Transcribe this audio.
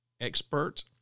expert